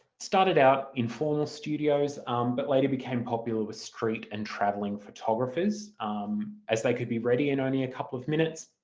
started out in formal studios but later became popular with street and travelling photographers as they could be ready in only a couple of minutes